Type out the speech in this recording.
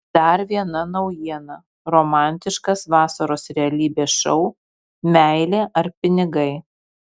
dar viena naujiena romantiškas vasaros realybės šou meilė ar pinigai